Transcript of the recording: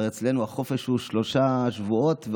הרי אצלנו החופש הוא שלושה שבועות,